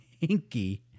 hinky